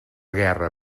guerra